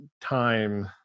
time